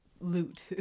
loot